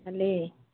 ভালেই